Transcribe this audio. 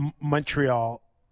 Montreal